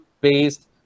based